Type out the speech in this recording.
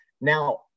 Now